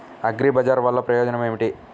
అగ్రిబజార్ వల్లన ప్రయోజనం ఏమిటీ?